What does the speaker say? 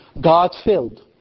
God-filled